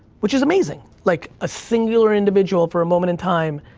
which is amazing, like, a singular individual for a moment in time.